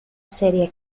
serie